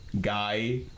guy